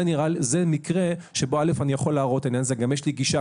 זה מקרה שבו אני יכול להראות את הנזק ויש לי גישה